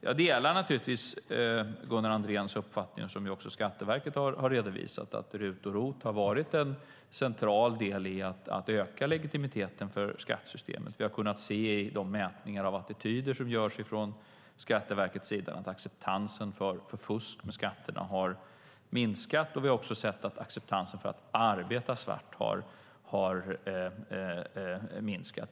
Jag delar naturligtvis Gunnar Andréns uppfattning, som också Skatteverket har redovisat, om att RUT och ROT har varit en central del i att öka legitimiteten för skattesystemet. Vi har i mätningar av attityder som görs från Skatteverket att acceptansen för fusk med skatterna har minskat. Vi har också sett att acceptansen för att arbeta svart har minskat.